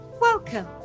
Welcome